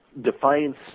defiance